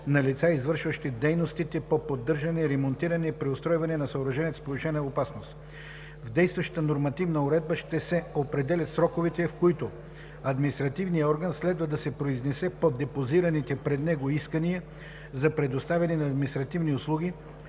на лица, извършващи дейностите по поддържане, ремонтиране и преустройване на съоръженията с повишена опасност. В действащата нормативна уредба ще се определят сроковете, в които административният орган следва да се произнесе по депозираните пред него искания за предоставяне на административни услуги,